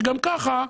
שגם כך,